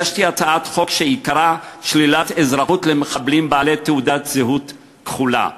הגשתי הצעת חוק שעיקרה שלילת אזרחות ממחבלים בעלי תעודת זהות כחולה.